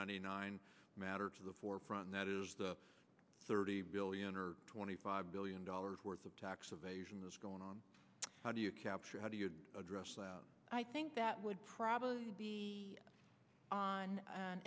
ninety nine matter to the forefront that is the thirty billion or twenty five billion dollars worth of tax evasion that's going on how do you capture how do you address that i think that would probably be on